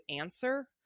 answer